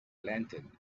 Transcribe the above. lantern